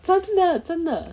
真的真的